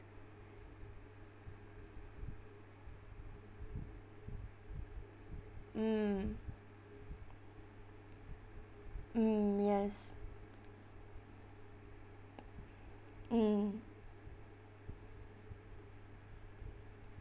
mm mm yes mm